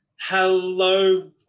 Hello